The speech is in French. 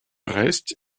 reste